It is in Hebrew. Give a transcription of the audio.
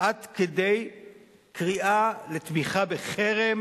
עד כדי קריאה לתמיכה בחרם